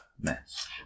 mess